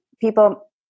people